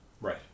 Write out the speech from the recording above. Right